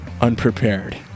unprepared